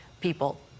people